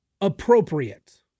appropriate